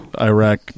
Iraq